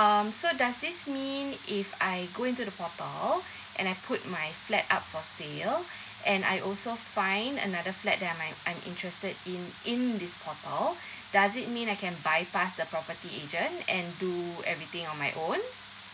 um so does this mean if I go into the portal and I put my flat up for sale and I also find another flat that I might I'm interested in in this portal does it mean I can bypass the property agent and do everything on my own